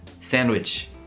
sandwich